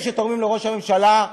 ואלה שתורמים לראש הממשלה,